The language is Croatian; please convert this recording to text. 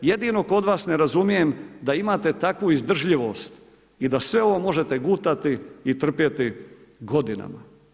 Jedino kod vas ne razumijem da imate takvu izdržljivost i da sve ovo možete gutati i trpjeti godinama.